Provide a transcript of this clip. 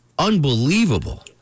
unbelievable